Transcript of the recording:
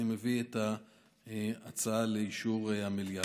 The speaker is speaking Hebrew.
אני מביא את ההצעה לאישור המליאה.